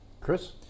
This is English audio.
Chris